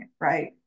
Right